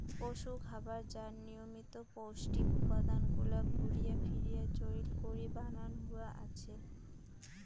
পশুখাবার যা নিয়মিত পৌষ্টিক উপাদান গুলাক ঘুরিয়া ফিরিয়া চইল করি বানান হয়া আছে